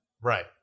right